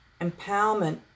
Empowerment